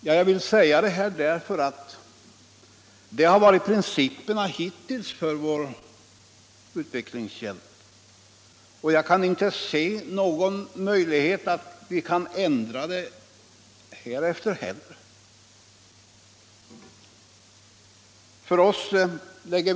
Jag har velat säga detta därför att det har varit principerna hittills för vår utvecklingshjälp, och jag kan inte se någon möjlighet att vi kan ändra dem härefter heller.